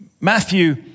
Matthew